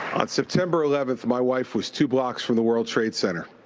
on september eleven, my wife was two blocks from the world trade center.